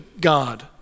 God